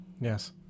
Yes